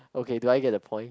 okay do I get the point